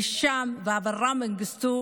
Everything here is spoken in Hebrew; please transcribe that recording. הישאם ואברה מנגיסטו,